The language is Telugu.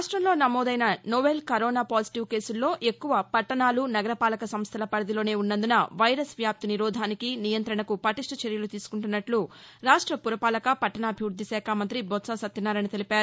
రాష్టంలో నమోదైన నోవెల్ కరోనా పాజిటివ్ కేసుల్లో ఎక్కువ పట్టణాలు నగర పాలక సంస్లల పరిధిలోనే ఉన్నందున వైరస్ వ్యాప్తి నిరోధానికి నియంత్రణకు పటిష్ణ చర్యలు తీసుకుంటున్నట్ల రాష్ట పురపాలక పట్టణాభివృద్దిశాఖ మంతి బొత్స సత్యనారాయణ తెలిపారు